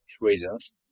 reasons